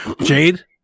jade